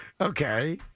Okay